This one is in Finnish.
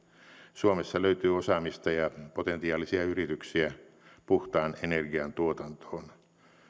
suomessa löytyy osaamista ja potentiaalisia yrityksiä puhtaan energian tuotantoon